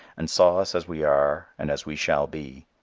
and saw us as we are and as we shall be.